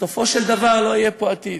בסופו של דבר לא יהיה פה עתיד.